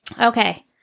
Okay